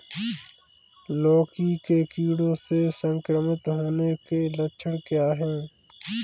लौकी के कीड़ों से संक्रमित होने के लक्षण क्या हैं?